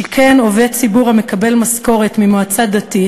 שכן עובד ציבור המקבל משכורת ממועצה דתית,